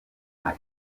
nta